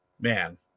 man